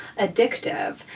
addictive